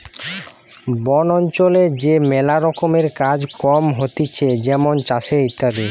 বন অঞ্চলে যে ম্যালা রকমের কাজ কম হতিছে যেমন চাষের ইত্যাদি